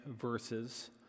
verses